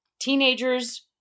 teenagers